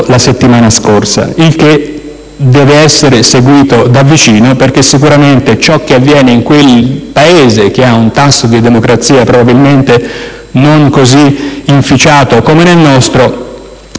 la settimana scorsa. Ciò deve essere seguito da vicino, perché sicuramente quanto avviene in quel Paese, che ha un tasso di democrazia probabilmente non così inficiato come quello